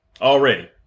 already